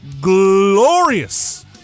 glorious